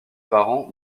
parents